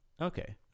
Okay